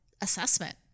assessment